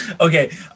Okay